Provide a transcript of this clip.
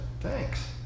Thanks